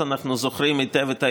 אנחנו זוכרים היטב את האירוע.